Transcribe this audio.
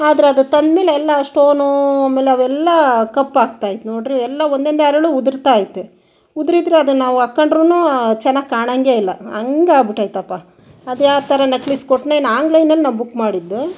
ಆದ್ರೆ ಅದು ತಂದ್ಮೇಲೆ ಎಲ್ಲ ಸ್ಟೋನೂ ಆಮೇಲೆ ಅವೆಲ್ಲ ಕಪ್ಪಾಗ್ತಾ ಇತ್ತು ನೋಡಿದ್ರೆ ಎಲ್ಲ ಒಂದೊಂದೇ ಹರ್ಳು ಉದುರುತ್ತಾ ಐತೆ ಉದುರಿದ್ರೆ ಅದನ್ನು ನಾವು ಹಾಕ್ಕಂಡ್ರೂನು ಚೆನ್ನಾಗಿ ಕಾಣಂಗೇ ಇಲ್ಲ ಹಂಗ್ ಆಗಿ ಬಿಟ್ಟೈತಪ್ಪ ಅದು ಯಾವ ಥರ ನಕ್ಲಿಸ್ ಕೊಟ್ನೇನೋ ಆನ್ಲೈನ್ನಲ್ಲಿ ನಾನು ಬುಕ್ ಮಾಡಿದ್ದು